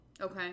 Okay